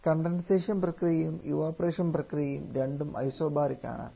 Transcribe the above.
condensation പ്രക്രിയയും evaporation പ്രക്രിയയും രണ്ടും ഐസൊബാരിക് ആണ്